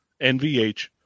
NVH